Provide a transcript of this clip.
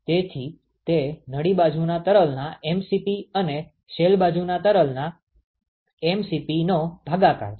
તેથી તે નળી બાજુના તરલના mCp અને શેલ બાજુના તરલ ના mCpનો ભાગાકાર છે